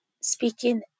speaking